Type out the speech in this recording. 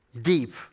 deep